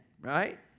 right